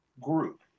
group